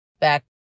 back